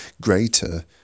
greater